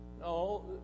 No